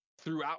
throughout